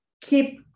keep